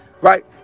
Right